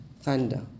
Thunder